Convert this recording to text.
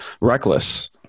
reckless